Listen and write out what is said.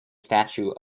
statue